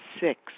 Six